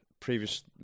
previous